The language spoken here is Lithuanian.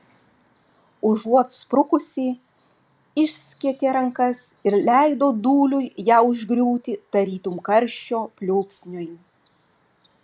užuot sprukusį išskėtė rankas ir leido dūliui ją užgriūti tarytum karščio pliūpsniui